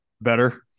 Better